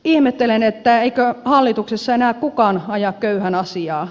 ihmettelen että eikö hallituksessa enää kukaan aja köyhän asiaa